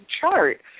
chart